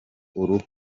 uruhu